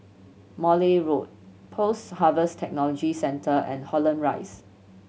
Morley Road Post Harvest Technology Centre and Holland Rise